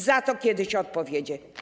Za to kiedyś odpowiecie.